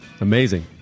amazing